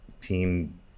team